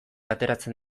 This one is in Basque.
ateratzen